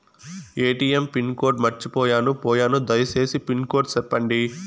ATM pin code మర్చిపోయాను పోయాను దయసేసి పిన్ కోడ్ సెప్పండి?